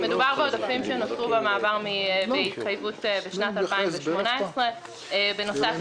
מדובר בעודפים שנוצרו בהתחייבות בשנת 2018. בנוסף,